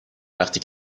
وقتی